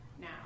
now